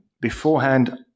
beforehand